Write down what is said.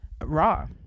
raw